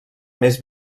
més